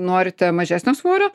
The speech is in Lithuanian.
norite mažesnio svorio